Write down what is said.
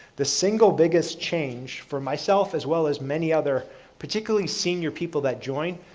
the single biggest change for myself as well as many other particularly senior people that join,